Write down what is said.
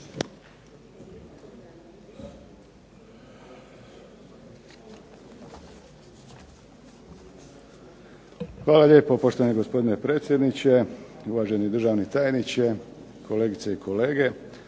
Hvala lijepo gospodine predsjedniče, gospodine državni tajniče, kolegice i kolege.